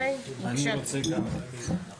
אני מבקש לשים לב למבנה של מנגנון הדקים,